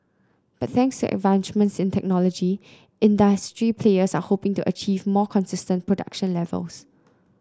but thanks advancements in technology industry players are hoping to achieve more consistent production levels